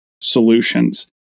solutions